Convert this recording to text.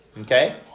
Okay